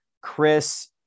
Chris